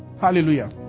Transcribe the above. Hallelujah